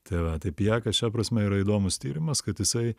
tai va tai pijakas šia prasme yra įdomus tyrimas kad jisai